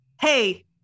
Hey